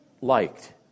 liked